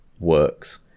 Works